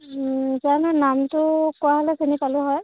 জানো নামটো কোৱা হ'লে চিনি পালোঁ হয়